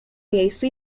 miejscu